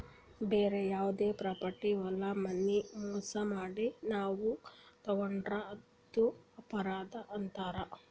ಬ್ಯಾರೆ ಯಾರ್ದೋ ಪ್ರಾಪರ್ಟಿ ಹೊಲ ಮನಿ ಮೋಸ್ ಮಾಡಿ ನಾವ್ ತಗೋಂಡ್ರ್ ಅದು ಅಪರಾಧ್ ಆತದ್